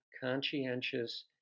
conscientious